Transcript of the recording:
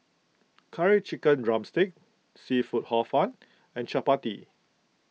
Curry Chicken Drumstick Seafood Hor Fun and Chappati